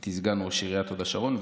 הייתי סגן ראש עיריית הוד השרון.